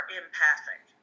empathic